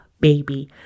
baby